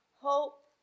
Hope